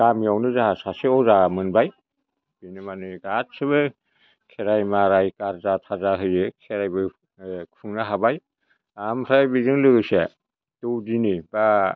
गामिआवनो जाहा सासे अजा मोनबाय बिनो माने गासिबो खेराय माराय गार्जा थार्जा होयो खेरायबो खुंनो हाबाय आमफ्राय बेजों लोगोसे दौदिनि बा